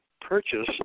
purchase